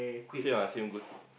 same ah same goes to